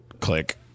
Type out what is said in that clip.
click